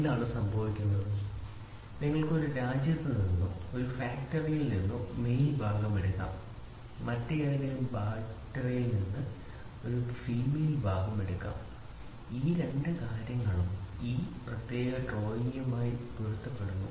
എന്താണ് സംഭവിക്കുന്നത് നിങ്ങൾക്ക് ഒരു രാജ്യത്ത് നിന്നോ ഒരു ഫാക്ടറിയിൽ നിന്നോ മെയിൽ ഭാഗം എടുക്കാം മറ്റേതെങ്കിലും ഫാക്ടറിയിൽ നിന്ന് ഒരു ഫീമെയിൽ ഭാഗം എടുക്കാം ഈ രണ്ട് കാര്യങ്ങളും ഒരു പ്രത്യേക ഡ്രോയിംഗുമായി പൊരുത്തപ്പെടുന്നു